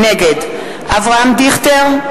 נגד אברהם דיכטר,